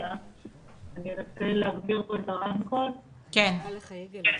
אני רוצה לשמוע את המקום של השלטון המקומי,